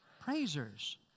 praisers